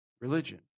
religion